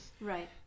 Right